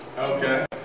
Okay